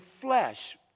flesh